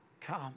Come